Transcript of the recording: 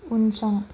उनसं